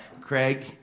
Craig